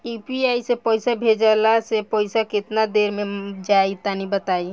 UPI से पईसा भेजलाऽ से पईसा केतना देर मे जाई तनि बताई?